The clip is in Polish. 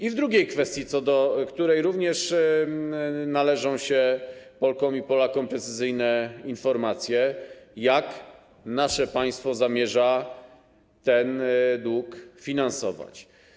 I druga kwestia, co do której również należą się Polkom i Polakom precyzyjne informacje: Jak nasze państwo zamierza ten dług finansować?